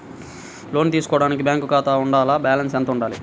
లోను తీసుకోవడానికి బ్యాంకులో ఖాతా ఉండాల? బాలన్స్ ఎంత వుండాలి?